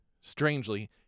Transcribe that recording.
strangely